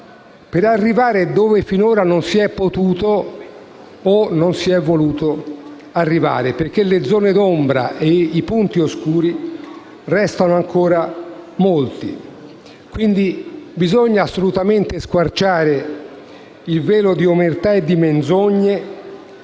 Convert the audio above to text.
per arrivare dove finora non si è potuto o non si è voluto arrivare, perché le zone d'ombra e i punti oscuri restano ancora molti. Quindi, bisogna assolutamente squarciare il velo di omertà e di menzogne